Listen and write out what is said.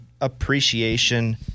appreciation